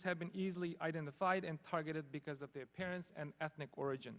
could have been easily identified and targeted because of their parents and ethnic origin